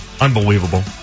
Unbelievable